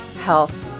health